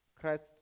Christ